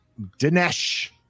Dinesh